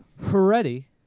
Ready